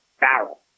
barrel